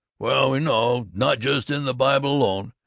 well we know not just in the bible alone,